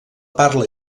parla